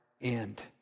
end